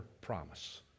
promise